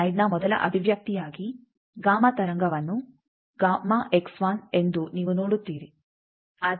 ಈ ಸ್ಲೈಡ್ನ ಮೊದಲ ಅಭಿವ್ಯಕ್ತಿಯಾಗಿ ಗಾಮಾ ತರಂಗವನ್ನು ಎಂದು ನೀವು ನೋಡುತ್ತೀರಿ